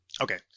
Okay